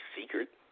secret